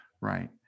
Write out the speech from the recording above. right